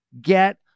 Get